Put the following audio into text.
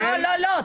לא,